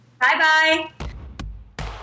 Bye-bye